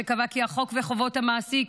שקבע כי החוק וחובות המעסיק